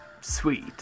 Sweet